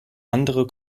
andere